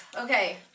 Okay